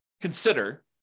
consider